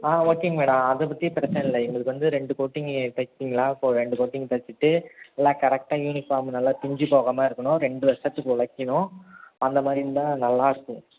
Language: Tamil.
ஆ ஓகே மேடம் அதை பற்றி பிரச்சனை இல்லை எங்களுக்கு வந்து ரெண்டு கோட்டிங்கி தச்சீங்களா அப்போ ரெண்டு கோட்டிங் தச்சிவிட்டு எல்லாம் கரெக்டாக யூனிஃபார்ம் நல்லா பிஞ்சு போகாம இருக்கணும் ரெண்டு வருஷத்துக்கு உழைக்கணும் அந்த மாதிரி இருந்தால் நல்லா இருக்கும்